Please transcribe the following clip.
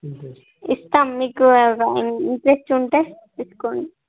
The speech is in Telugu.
ఇస్తాం మీకు ఎవరై ఇంటరెస్ట్ వుంటే తీసుకోండి